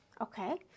okay